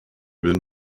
been